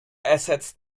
ersetzt